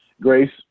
Grace